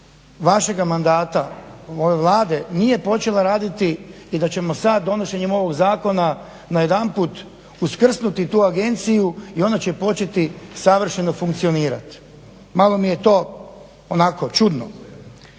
vašega mandata ove Vlade nije počela raditi i da ćemo sad donošenjem ovog zakona najedanput uskrsnuti tu agenciju i ona će početi savršeno funkcionirati. Malo mi je to onako čudno.